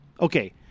Okay